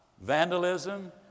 vandalism